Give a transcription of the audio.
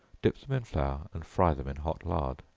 dip them in flour, and fry them in hot lard.